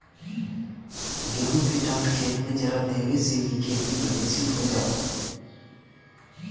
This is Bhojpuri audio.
गेंहू के डाँठ खेत में जरा देवे से भी खेती प्रदूषित हो जाला